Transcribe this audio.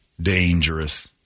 dangerous